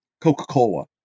Coca-Cola